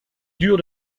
duurt